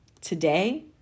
Today